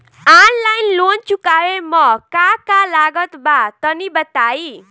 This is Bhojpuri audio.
आनलाइन लोन चुकावे म का का लागत बा तनि बताई?